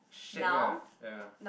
shag ah ya